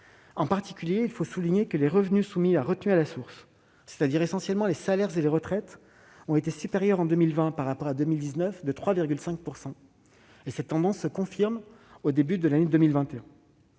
de l'activité. Il faut souligner, notamment, que les revenus soumis à retenue à la source, c'est-à-dire essentiellement les salaires et les retraites, ont été supérieurs de 3,5 % en 2020 par rapport à 2019. Cette tendance se confirme au début de l'année 2021.